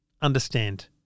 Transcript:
understand